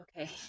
Okay